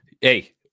hey